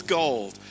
gold